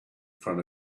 front